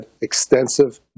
extensive